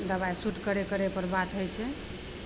दबाइ शूट करै करैपर बात होइ छै